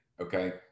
okay